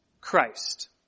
Christ